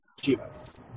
Chivas